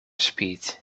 speed